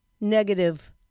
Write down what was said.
negative